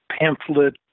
pamphlet